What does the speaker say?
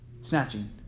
Snatching